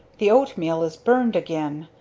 the oatmeal is burned again.